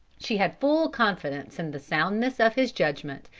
she had full confidence in the soundness of his judgment,